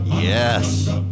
Yes